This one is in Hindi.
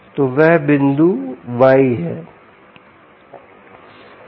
तो वह बिंदु y है